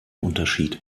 unterschied